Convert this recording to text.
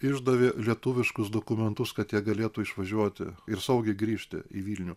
išdavė lietuviškus dokumentus kad jie galėtų išvažiuoti ir saugiai grįžti į vilnių